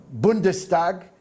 Bundestag